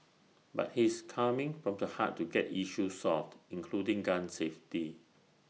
but he's coming from the heart to get issues solved including gun safety